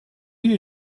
you